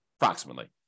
approximately